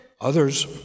Others